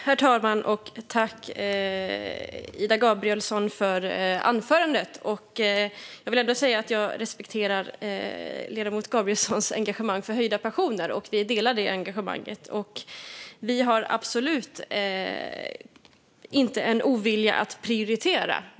Herr talman! Tack, Ida Gabrielsson, för anförandet! Jag respekterar ledamoten Gabrielssons engagemang för höjda pensioner. Vi delar det engagemanget. Vi har absolut inte en ovilja att prioritera.